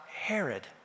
Herod